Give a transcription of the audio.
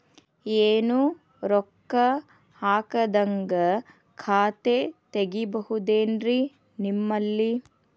ಏನು ರೊಕ್ಕ ಹಾಕದ್ಹಂಗ ಖಾತೆ ತೆಗೇಬಹುದೇನ್ರಿ ನಿಮ್ಮಲ್ಲಿ?